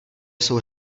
jsou